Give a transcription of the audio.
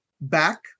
back